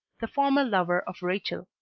the former lover of rachel.